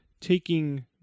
taking